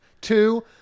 Two